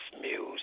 music